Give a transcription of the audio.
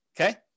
okay